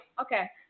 Okay